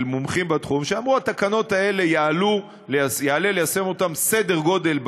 של מומחים בתחום שאמרו שאת התקנות האלה יעלה ליישם סדר גודל,